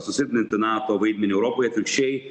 susilpninti nato vaidmenį europoj atvirkščiai